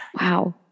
Wow